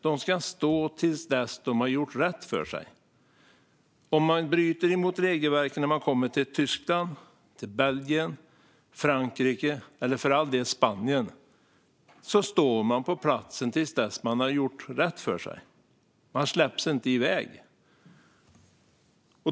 Man ska stå till dess att man gjort rätt för sig. Om man bryter mot regelverket när man kommer till Tyskland, Belgien, Frankrike eller för all del Spanien får man stå på platsen till dess att man gjort rätt för sig. Man släpps inte iväg.